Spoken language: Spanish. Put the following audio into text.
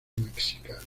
mexicali